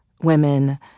women